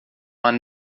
man